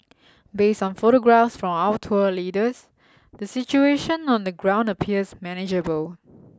based on photographs from our tour leaders the situation on the ground appears manageable